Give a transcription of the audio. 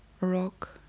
rock